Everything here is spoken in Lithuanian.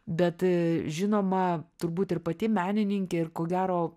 bet žinoma turbūt ir pati menininkė ir ko gero